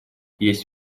есть